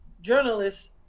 journalists